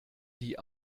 die